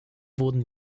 wurden